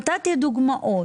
נתתי דוגמאות.